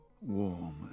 warm